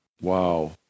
Wow